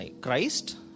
Christ